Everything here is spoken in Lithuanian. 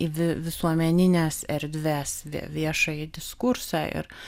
į visuomenines erdves viešąjį diskursą ir